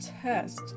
test